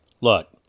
Look